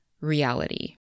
reality